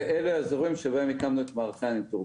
ואלה האזורים שבהם הקמנו את מערכי הניטור.